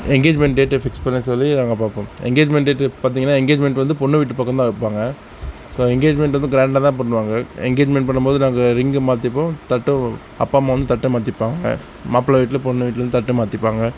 engagement டேட்டை fix பண்ண சொல்லி நாங்கள் பார்ப்போம் என்கேஜ்மெண்ட் டேட்டு பார்த்தீங்கன்னா என்கேஜ்மெண்ட் வந்து பெண்ணு வீட்டு பக்கம் தான் வைப்பாங்க ஸோ என்கேஜ்மெண்ட் வந்து கிராண்டாக தான் பண்ணுவாங்க என்கேஜ்மெண்ட் பண்ணும்போது நாங்க ரிங்கு மாற்றிப்போம் தட்டு அப்பா அம்மா வந்து தட்டு மாற்றிப்பாங்க மாப்பிள்ளை வீட்டில் பெண்ணு வீட்டிலேருந்து தட்டு மாற்றிப்பாங்க